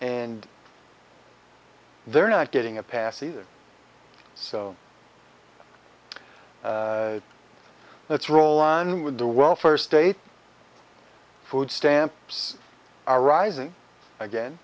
and they're not getting a pass either so let's roll on with the welfare state food stamps are rising again